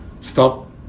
Stop